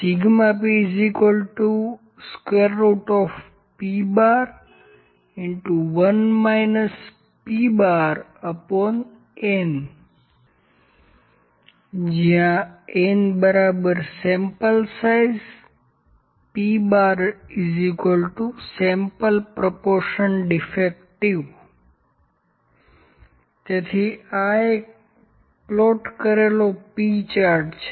pP¯1 P¯n જ્યાં n sample size P¯ sample ડીફેક્ટીવનુ પ્રમાણ તેથી આ એક પ્લોટ કરેલો પી ચાર્ટ છે